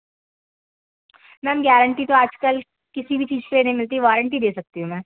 ma'am guarantee तो आज कल किसी भी चीज़ पे नहीं मिलती वारंटी दे सकती हूँ मैं